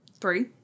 Three